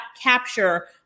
capture